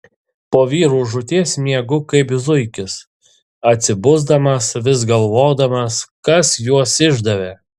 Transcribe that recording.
po vyrų žūties miegu kaip zuikis atsibusdamas vis galvodamas kas juos išdavė